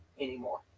anymore